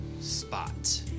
spot